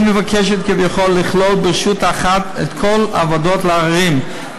היא מבקשת כביכול לכלול ברשות אחת את כל הוועדות לעררים,